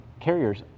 carriers